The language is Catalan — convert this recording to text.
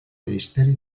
ministeri